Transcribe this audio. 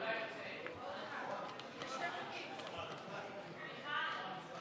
לוועדה שתקבע ועדת הכנסת נתקבלה.